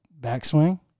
backswing